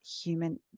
human